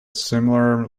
similar